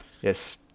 Yes